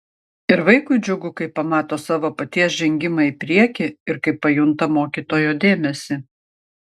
ir vaikui džiugu kai pamato savo paties žengimą į priekį ir kai pajunta mokytojo dėmesį